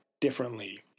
differently